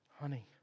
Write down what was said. Honey